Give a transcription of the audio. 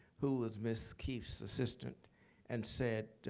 who was ms. keeffe's assistant and said,